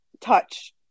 touch